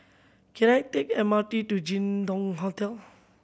can I take M R T to Jin Dong Hotel